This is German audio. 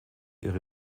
ihre